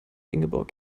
ingeborg